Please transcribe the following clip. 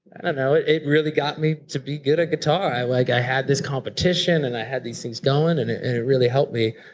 and know, it it really got me to be good at guitar. i like i had this competition and i had these things going and it and it really helped me.